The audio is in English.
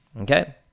okay